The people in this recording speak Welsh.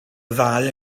ddau